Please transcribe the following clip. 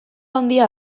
handia